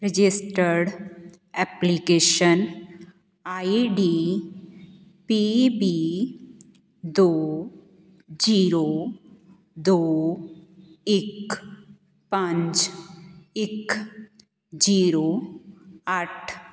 registered application I D P B ਦੋ zero ਦੋ ਇੱਕ ਪੰਜ ਇੱਕ ਜੀਰੋ ਅੱਠ